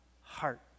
heart